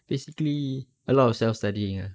basically a lot of self studying ah